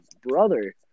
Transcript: brother